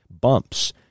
bumps